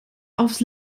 aufs